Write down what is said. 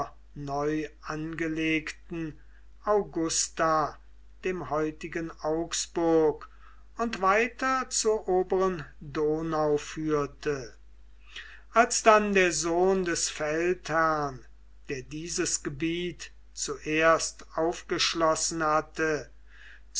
neu angelegten augusta dem heutigen augsburg und weiter zur oberen donau führte als dann der sohn des feldherrn der dieses gebiet zuerst aufgeschlossen hatte